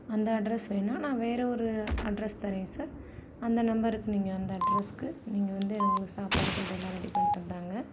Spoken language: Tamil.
அந்த அட்ரஸ் வேணால் நான் வேற ஒரு அட்ரஸ் தரேன் சார் அந்த நம்மருக்கு நீங்கள் அந்த அட்ரஸுக்கு நீங்கள் வந்து எங்களுக்கு சாப்பாடு ஃபுட்டெல்லாம் ரெடி பண்ணிட்டு வந்து தாங்க